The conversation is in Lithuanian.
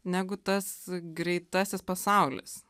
negu tas greitasis pasaulis